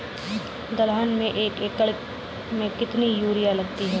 दलहन में एक एकण में कितनी यूरिया लगती है?